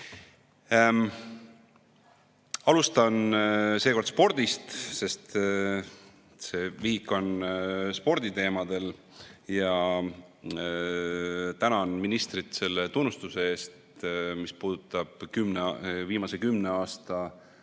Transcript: panna. Alustan seekord spordist, sest see vihik on sporditeemadel, ja tänan ministrit selle tunnustuse eest, mis puudutab viimasel kümnel aastal